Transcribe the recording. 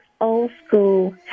old-school